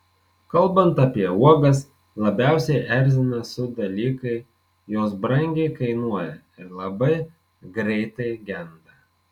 kalbant apie uogas labiausiai erzina su dalykai jos brangiai kainuoja ir labai greitai genda